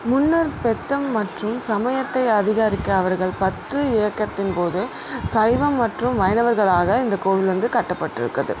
முன்னோர் பெத்தம் மற்றும் சமயத்தை அதிகாரிக்க அவர்கள் பத்து இயக்கத்தின் போது சைவம் மற்றும் வைணவர்கள் ஆக இந்த கோவில் வந்து கட்டப்பட்ருக்குது